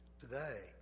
today